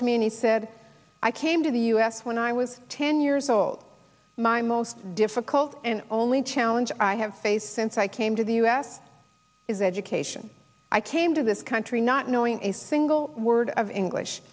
to me and he said i came to the u s when i was ten years old my most difficult and only challenge i have faced since i came to the u s is education i came to this country not knowing a single word of english